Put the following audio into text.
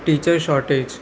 teacher shortage